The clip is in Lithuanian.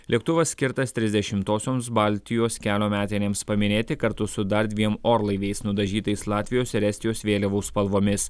lėktuvas skirtas trisdešimtosioms baltijos kelio metinėms paminėti kartu su dar dviem orlaiviais nudažytais latvijos ir estijos vėliavų spalvomis